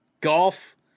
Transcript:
golf